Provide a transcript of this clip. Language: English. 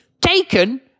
taken